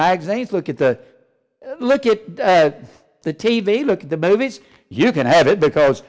magazines look at the look at the t v look at the movies you can have it because